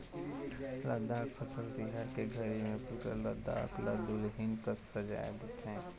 लद्दाख फसल तिहार के घरी मे पुरा लद्दाख ल दुलहिन कस सजाए देथे